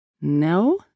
No